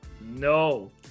No